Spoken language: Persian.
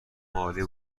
عالی